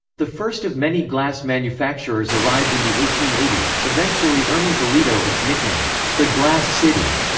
the first of many glass manufacturers arrived in the eighteen eighty s, eventually earning toledo its nickname the glass city.